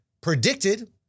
predicted